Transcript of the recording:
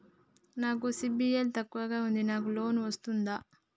నాకు సిబిల్ తక్కువ ఉంది నాకు లోన్ వస్తుందా?